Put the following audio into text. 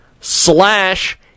slash